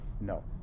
No